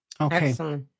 Okay